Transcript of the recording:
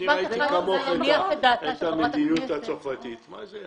צריך להבין מה המשמעות של זה.